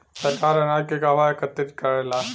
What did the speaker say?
सरकार अनाज के कहवा एकत्रित करेला?